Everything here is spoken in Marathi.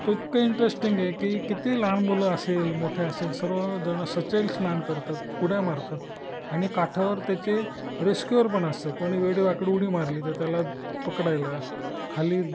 तो इतका इंटरेस्टिंग आहे की किती लहान मुलं असेल मोठे असेल सर्वजणं सचैल स्नान करतात उड्या मारतात आणि काठावर त्याचे रेस्क्युअर पण असतं कोणी वेडीवाकडी उडी मारली तर त्याला पकडायला खाली